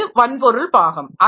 ஒன்று வன்பொருள் பாகம்